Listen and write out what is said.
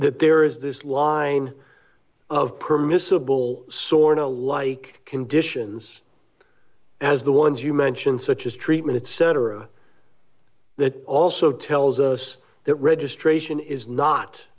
that there is this line of permissible sorta like conditions as the ones you mention such as treatment etc that also tells us that registration is not